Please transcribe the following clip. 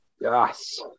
Yes